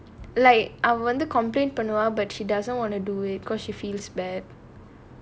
அதான்:athaan like அவ வந்து:ava vanthu complain பண்ணுவா:pannuvaa but she doesn't wanna do it because she feels bad